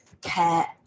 care